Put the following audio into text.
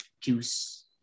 juice